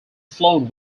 flown